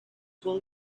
will